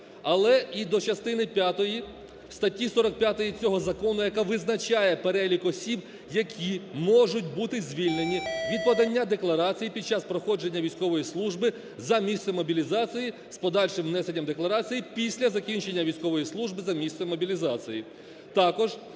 але і до частини п'ятої статті 45 цього закону, яка визначає перелік осіб, які можуть бути звільнені від подання декларації під час проходження військової служби за місцем мобілізації з подальшим внесенням декларації після закінчення військової служби за місцем мобілізації.